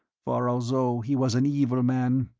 for although he was an evil man,